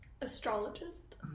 astrologist